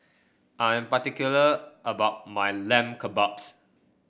I am particular about my Lamb Kebabs